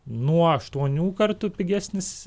nuo aštuonių kartų pigesnis